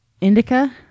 indica